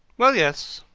well, yes,